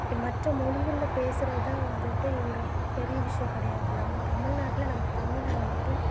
மற்ற மொழிகள்ல பேசுகிறதுதான் வந்துட்டு இங்கே பெரிய விஷயம் கிடையாது நம்ம தமில்நாட்டில நம்ம தமிழை வந்துட்டு